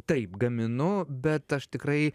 taip gaminu bet aš tikrai